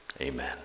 amen